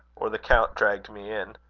or the count dragged me in.